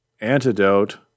antidote